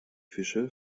fische